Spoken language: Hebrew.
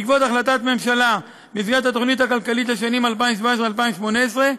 בעקבות החלטת ממשלה במסגרת התוכנית הכלכלית לשנים 2017 2018,